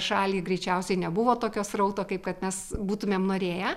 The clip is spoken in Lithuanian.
šalį greičiausiai nebuvo tokio srauto kaip kad mes būtumėm norėję